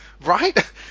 right